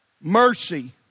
mercy